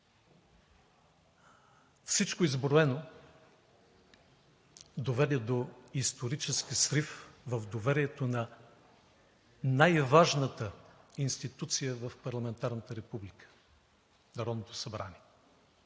Всичко изброено доведе до исторически срив в доверието на най-важната институция в парламентарната република – Народното събрание.